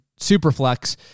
Superflex